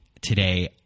today